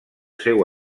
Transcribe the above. seu